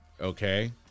okay